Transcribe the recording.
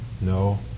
No